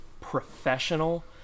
professional